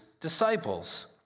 disciples